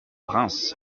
reims